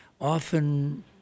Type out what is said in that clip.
often